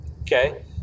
okay